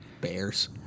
Bears